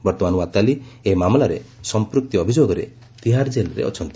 ବର୍ତ୍ତମାନ ୱାତାଲି ଏହି ମାମଲାରେ ସମ୍ପୃକ୍ତି ଅଭିଯୋଗରେ ତିହାର୍ ଜେଲ୍ରେ ଅଛନ୍ତି